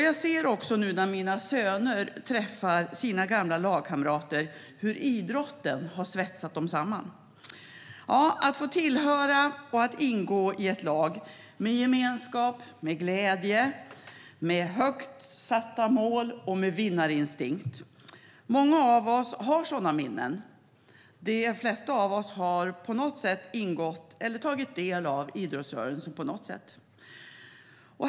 Jag ser också när mina söner träffar sina gamla lagkamrater hur idrotten har svetsat dem samman, att få tillhöra och att ingå i ett lag med gemenskap, med glädje, med högt satta mål och med vinnarinstinkt. Många av oss har sådana minnen. De flesta av oss har på något sätt ingått i eller tagit del av idrottsrörelsen.